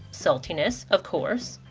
saltiness. of course.